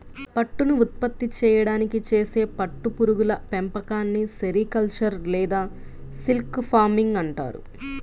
పట్టును ఉత్పత్తి చేయడానికి చేసే పట్టు పురుగుల పెంపకాన్ని సెరికల్చర్ లేదా సిల్క్ ఫార్మింగ్ అంటారు